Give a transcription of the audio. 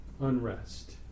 Unrest